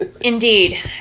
Indeed